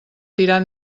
tirar